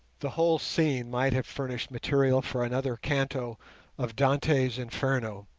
the whole scene might have furnished material for another canto of dante's inferno,